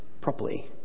properly